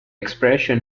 expression